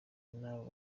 n’abo